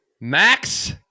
Max